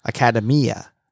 Academia